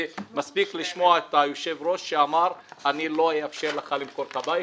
ומספיק לשמוע את היושב-ראש שאמר: אני לא אאפשר לך למכור את הבית,